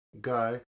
guy